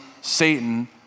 Satan